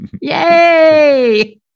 Yay